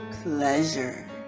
Pleasure